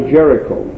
Jericho